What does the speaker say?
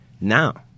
now